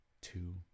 two